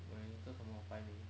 卖做什么摆美